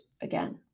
again